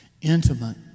intimate